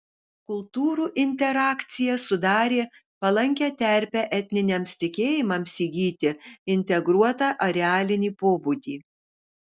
kultūrų interakcija sudarė palankią terpę etniniams tikėjimams įgyti integruotą arealinį pobūdį